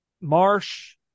Marsh